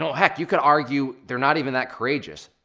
heck, you could argue, they're not even that courageous.